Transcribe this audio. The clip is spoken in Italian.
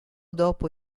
dopo